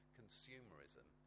consumerism